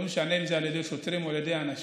לא משנה אם זה על ידי שוטרים או על ידי אנשים,